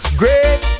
great